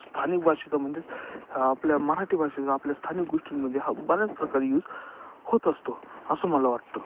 स्थानिक भाषेचा म्हणजेच आपल्या मराठी भाषेचा आपल्या स्थानिक गोष्टींमध्ये हा बऱ्याच प्रकारे यूज होत असतो असं मला वाटतं